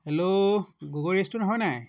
hello Gogoi restaurant হয় নাই